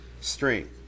strength